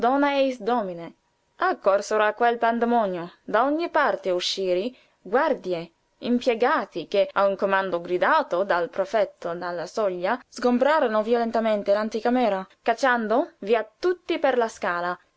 eis domine accorsero a quel pandemonio da ogni parte uscieri guardie impiegati che a un comando gridato dal prefetto dalla soglia sgombrarono violentemente l'anticamera cacciando via tutti per la scala